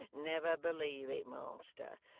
never believe it, master.